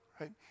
right